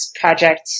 project